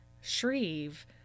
Shreve